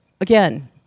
again